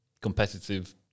competitive